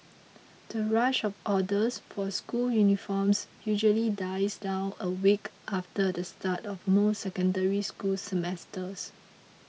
the rush of orders for school uniforms usually dies down a week after the start of most Secondary School semesters